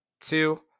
two